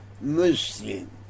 Muslim